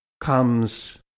comes